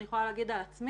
אני יכולה להגיד על עצמי